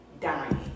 dying